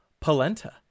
Polenta